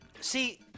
See